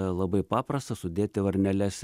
labai paprasta sudėti varneles